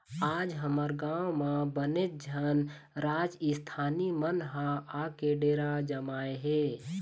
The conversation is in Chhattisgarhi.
आज हमर गाँव म बनेच झन राजिस्थानी मन ह आके डेरा जमाए हे